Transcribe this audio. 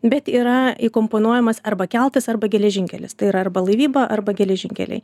bet yra įkomponuojamas arba keltas arba geležinkelis tai yra arba laivyba arba geležinkeliai